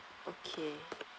okay